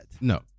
No